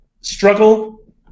struggle